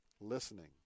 Listening